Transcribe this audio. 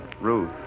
Ruth